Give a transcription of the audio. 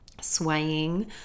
swaying